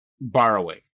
borrowing